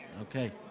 Okay